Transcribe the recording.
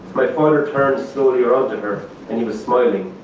my father turned slowly around to her and he was smiling.